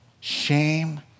shame